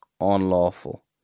unlawful